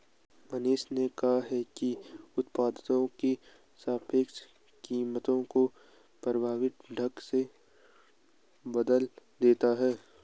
मनीषा ने कहा कि कर उत्पादों की सापेक्ष कीमतों को प्रभावी ढंग से बदल देता है